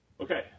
Okay